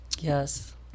Yes